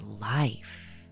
life